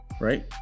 right